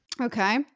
Okay